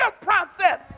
process